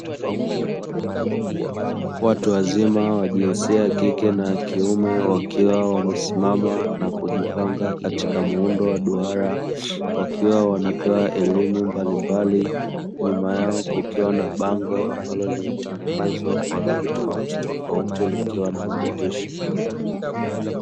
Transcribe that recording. Watu wazima wa jinsia kike na kiume wakiwa wamesimama na kujipanga katika muundo wa duara, wakiwa wanapewa elimu mbalimbali. Nyuma yao kukiwa na bango ambalo limetengenezwa kwa rangi tofauti tofauti likiwa na maandishi.